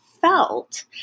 felt